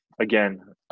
again